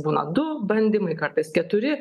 būna du bandymai kartais keturi